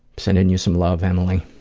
sending you some love, emily.